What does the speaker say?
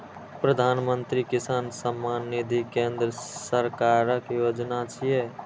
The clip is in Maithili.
प्रधानमंत्री किसान सम्मान निधि केंद्र सरकारक योजना छियै